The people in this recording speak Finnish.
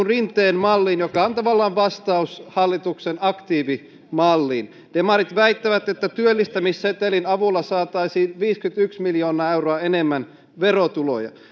rinteen mallin joka on tavallaan vastaus hallituksen aktiivimalliin demarit väittävät että työllistämissetelin avulla saataisiin viisikymmentäyksi miljoonaa euroa enemmän verotuloja